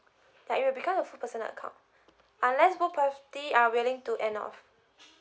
that it will become a full personal account unless both party are willing to end off